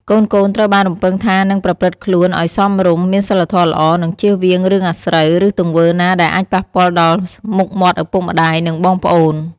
កូនៗត្រូវបានរំពឹងថានឹងប្រព្រឹត្តខ្លួនឲ្យសមរម្យ មានសីលធម៌ល្អ និងជៀសវាងរឿងអាស្រូវ ឬទង្វើណាដែលអាចប៉ះពាល់ដល់មុខមាត់ឪពុកម្ដាយ និងបងប្អូន។